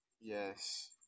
yes